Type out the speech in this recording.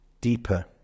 deeper